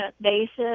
basis